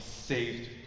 saved